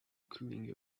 cooling